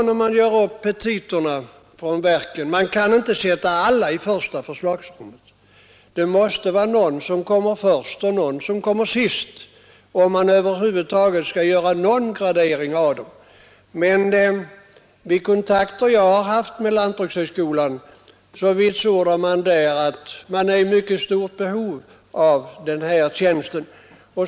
När verken gör upp sina petita kan de inte ge alla tjänster den högsta prioriteten — någon måste komma först och någon sist, om det över huvud taget skall göras någon gradering. Men vid de kontakter jag haft med lantbrukshögskolan har man där vitsordat att man är i mycket stort behov av den här tjänsten.